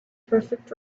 perfect